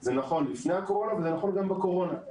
זה נכון לפני הקורונה, וזה נכון גם בקורונה.